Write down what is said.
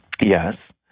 Yes